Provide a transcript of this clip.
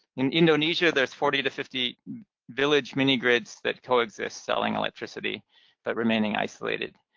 in indonesia, there's forty to fifty village mini-grids that coexist, selling electricity but remaining isolated.